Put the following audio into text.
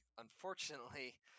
unfortunately